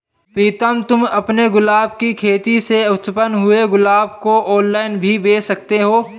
प्रीतम तुम अपने गुलाब की खेती से उत्पन्न हुए गुलाब को ऑनलाइन भी बेंच सकते हो